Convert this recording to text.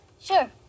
Sure